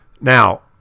Now